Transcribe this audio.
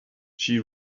she